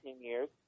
years